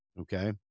okay